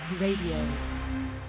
Radio